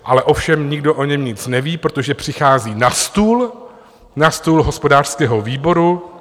Ale ovšem nikdo o něm nic neví, protože přichází na stůl, na stůl hospodářského výboru.